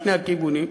משני הכיוונים,